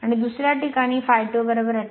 आणि दुसर्या प्रकरणात ∅2 18